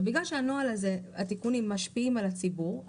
בגלל שהתיקונים משפיעים על הציבור,